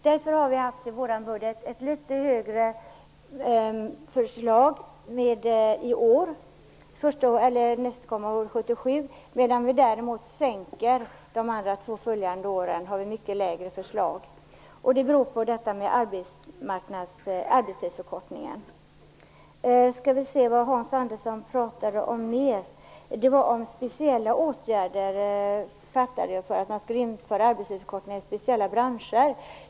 Därför har vi i vår budget haft ett litet högre anslag nästa år, 1997, medan vi däremot sänker det de två följande åren. Det beror alltså på arbetstidsförkortningen. Hans Andersson pratade också om åtgärder för att införa arbetstidsförkortning i speciella branscher.